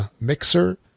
Mixer